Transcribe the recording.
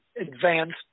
advanced